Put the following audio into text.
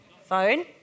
Phone